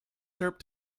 syrup